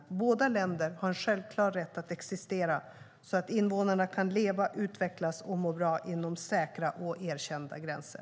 Båda länder har en självklar rätt att existera så att invånarna kan leva, utvecklas och må bra inom säkra och erkända gränser.